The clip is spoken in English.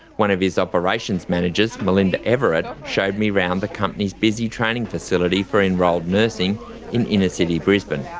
one of his operations managers, melinda everett, showed me around the company's busy training facility for enrolled nursing in inner-city brisbane.